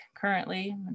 currently